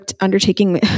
undertaking